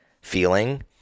feeling